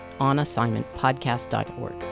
onassignmentpodcast.org